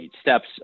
steps